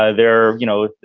ah they're you know,